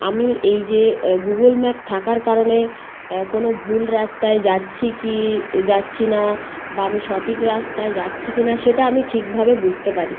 আমি এই যে গুগল ম্যাপ থাকার কারণে কোনো ভুল রাস্তায় যাচ্ছি কি যাচ্ছি না বা আমি সঠিক রাস্তায় যাচ্ছি কি না সেটা আমি ঠিকভাবে বুঝতে পারি